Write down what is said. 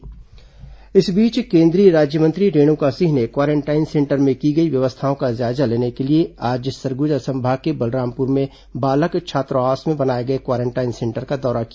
केंद्रीय मंत्री दौरा इस बीच केंद्रीय राज्यमंत्री रेणुका सिंह ने क्वारेंटाइन सेंटर में की गई व्यवस्थाओं का जायजा लेने के लिए आज सरगुजा संभाग के बलरामपुर में बालक छात्रावास में बनाए गए क्वारेंटाइन सेंटर का दौरा किया